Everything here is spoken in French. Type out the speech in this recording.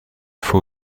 faut